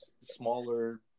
smaller